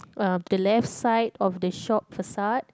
uh the left side of the shop facade